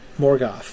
Morgoth